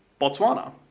Botswana